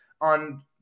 on